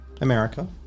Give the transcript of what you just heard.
America